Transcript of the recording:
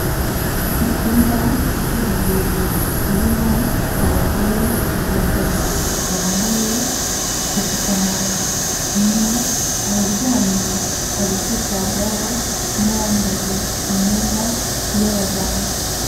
Icyumba cy'ubuvuzi kirimo abagore batatu, bambaye udupfukamunwa. Umwe araryamye ari kwitabwaho n'uwambaye imyenda y'abaganga.